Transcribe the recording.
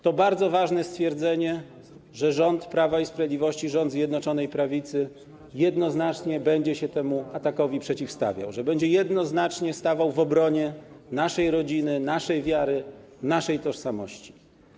To bardzo ważne stwierdzenie, że rząd Prawa i Sprawiedliwości, rząd Zjednoczonej Prawicy jednoznacznie będzie się temu atakowi przeciwstawiał, że będzie jednoznacznie stawał w obronie naszej rodziny, naszej wiary, naszej tożsamości.